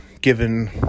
given